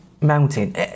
mountain